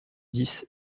dix